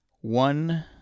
One